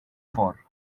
for